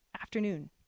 afternoon